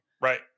Right